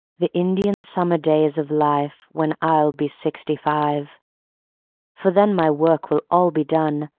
the indian summer days of life when i'll be sixty-five for then my work will all be done,